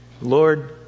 Lord